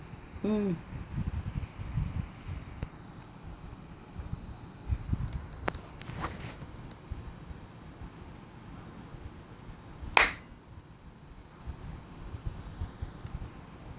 mm